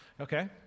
Okay